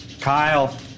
Kyle